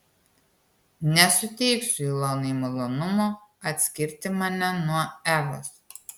nesuteiksiu ilonai malonumo atskirti mane nuo evos